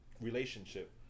relationship